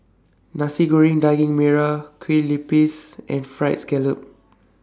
Nasi Goreng Daging Merah Kueh Lopes and Fried Scallop